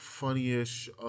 funny-ish